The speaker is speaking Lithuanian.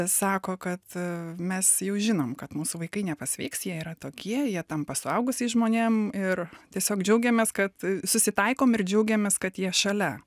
sako kad mes jau žinom kad mūsų vaikai nepasveiks jie yra tokie jie tampa suaugusiais žmonėm ir tiesiog džiaugiamės kad susitaikom ir džiaugiamės kad jie šalia